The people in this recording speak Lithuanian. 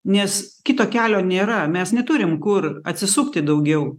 nes kito kelio nėra mes neturim kur atsisukti daugiau